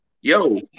yo